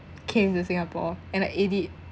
came to singapore and I ate it